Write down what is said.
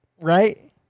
Right